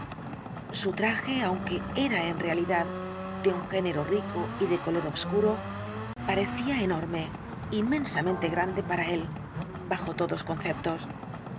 su traje aunque era en realidad de un género rico y de color obscuro parecía enorme inmensamente grande para él bajo todos conceptos